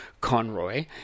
Conroy